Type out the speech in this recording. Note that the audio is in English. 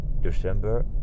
December